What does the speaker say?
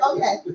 Okay